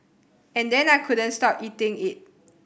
and then I couldn't stop eating it